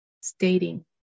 stating